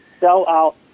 sellout